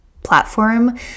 platform